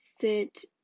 sit